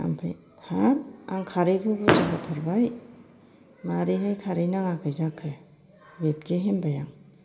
ओमफ्राय हाब आं खारैखौ बुरजा होथारबाय मारैहाय खारै नाङाखै जाखो बिब्दि होनबाय आं